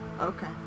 Okay